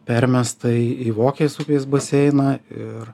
permesta į į vokės upės baseiną ir